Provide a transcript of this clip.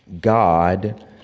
God